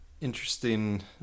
Interesting